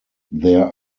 there